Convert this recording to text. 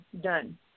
done